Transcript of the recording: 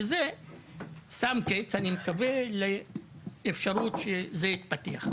ואני מקווה שזה שם קץ לסיפור הזה ושזה לא יתפתח.